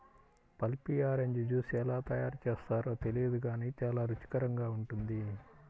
pulpy orange juice ఎలా తయారు చేస్తారో తెలియదు గానీ చాలా రుచికరంగా ఉంటుంది